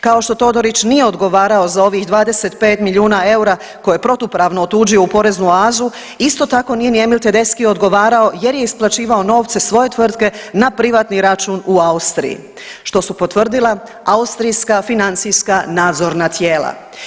Kao što Todorić nije odgovarao za ovih 25 milijuna eura koje je protupravno otuđio u poreznu oazu isto tako nije ni Emil TEdeschi odgovarao jer je isplaćivao novce svoje tvrtke na privatni račun u Austriji što su potvrdila austrijska financijska nadzorna tijela.